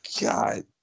god